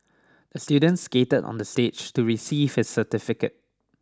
the student skated on the stage to receive his certificate